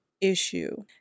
issue